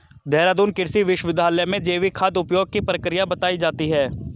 देहरादून कृषि विश्वविद्यालय में जैविक खाद उपयोग की प्रक्रिया बताई जाती है